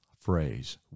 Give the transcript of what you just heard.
phrase